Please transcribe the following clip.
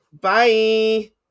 Bye